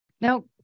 Now